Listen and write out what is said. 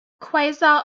quasar